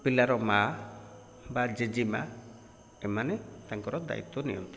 ପିଲାର ମାଆ ବା ଜେଜେ ମାଆ ଏମାନେ ତାଙ୍କର ଦାୟିତ୍ୱ ନିଅନ୍ତି